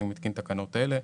אני מתקין תקנות אלה: